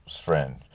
friend